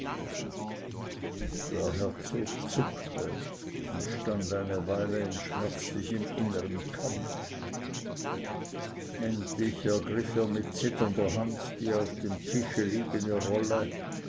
der herzog zuckte und stand eine weile in schmerzlichem innern kampfe endlich ergriff er mit zitternder hand die auf dem tische liegende rolle